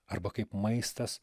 arba kaip maistas